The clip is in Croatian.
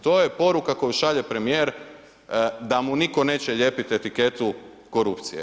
Top je poruka koju šalje premijer da mu nitko neće lijepiti etiketu korupcije.